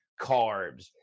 carbs